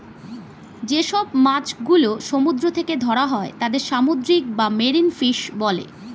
যে সব মাছ গুলো সমুদ্র থেকে ধরা হয় তাদের সামুদ্রিক বা মেরিন ফিশ বলে